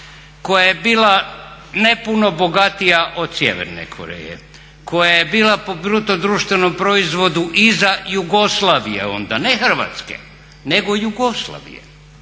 koja je bila ne puno bogatija od sjeverne Koreje, koja je bila po bruto društvenom proizvodu iza Jugoslavije onda, ne Hrvatske, nego Jugoslavije.